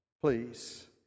please